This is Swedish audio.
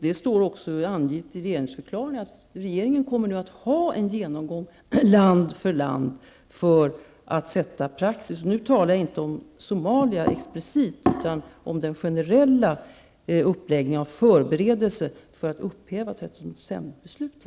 Det står också angivet i regeringsförklaringen att regeringen nu kommer att ha en genomgång land för land för att sätta praxis, och nu talar jag inte om Somalia explicit utan om den generella uppläggningen av förberedelsen för att upphäva 13 december-beslutet.